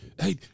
Hey